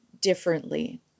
differently